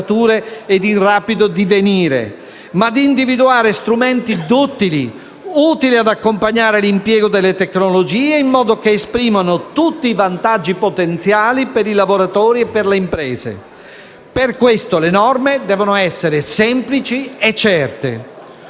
e in rapido divenire, ma di individuare strumenti duttili, utili ad accompagnare l'impiego delle tecnologie in modo che esprimano tutti i vantaggi potenziali per i lavoratori e per le imprese. Per questo le norme devono essere semplici e certe.